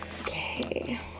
Okay